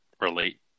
relate